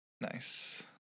Nice